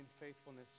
faithfulness